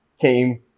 came